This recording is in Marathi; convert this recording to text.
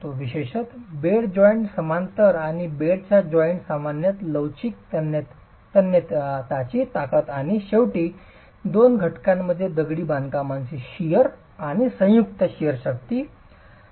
विशेषत बेड जॉईंटच्या समांतर आणि बेडच्या जॉइंट सामान्यतया लवचिक तन्यताची ताकद आणि शेवटी दोन घटनांमध्ये दगडी बांधकामाची शिअर आणि संयुक्तची शिअर शक्ती